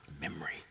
memory